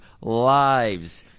lives